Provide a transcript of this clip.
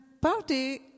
party